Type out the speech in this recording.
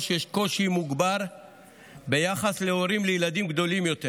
יש קושי מוגבר ביחס להורים לילדים גדולים יותר,